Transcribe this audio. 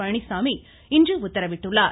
பழனிசாமி இன்று உத்தரவிட்டுள்ளார்